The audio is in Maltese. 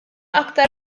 aktar